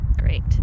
Great